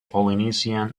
polynesian